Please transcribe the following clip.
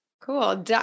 Cool